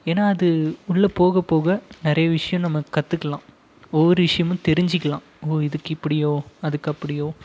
ஏன்னா அது உள்ளே போக போக நிறைய விஷயம் நம்ம கற்றுக்கலாம் ஒவ்வொரு விஷயமும் தெரிஞ்சுக்கிலாம் ஓ இதுக்கு இப்படியோ அதுக்கு அப்படியோ